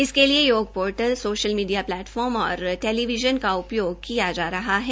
इसके लिए योग पोर्टल सोशल मीडिया प्लेटफाम और टेलीविज़न का उपयोग किया जा रहा है